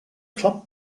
club